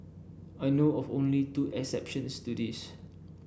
I know of only two exceptions to this